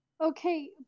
Okay